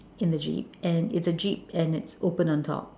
in the jeep and it's a jeep and it's open on top